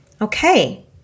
Okay